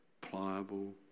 pliable